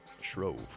Shrove